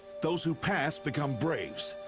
those who pass become braves.